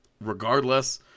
regardless